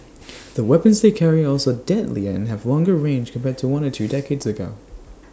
the weapons they carry are also deadlier and have longer range compared to one or two decades ago